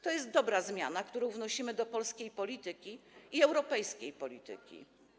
To jest dobra zmiana, którą wnosimy do polskiej polityki i europejskiej polityki.